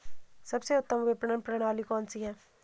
सबसे उत्तम विपणन प्रणाली कौन सी है?